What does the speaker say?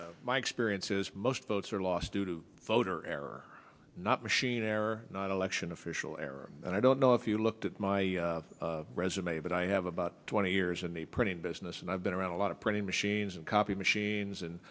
that my experience is most votes are lost due to voter error not machine error not election official error and i don't know if you looked at my resume but i have about twenty years in the printing business and i've been around a lot of printing machines and copy machines and